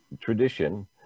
tradition